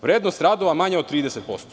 Vrednost radova manje od 30%